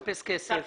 כסף.